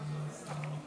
אדוני היושב-ראש,